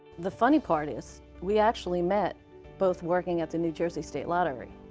the funny part is we actually met both working at the new jersey state lottery.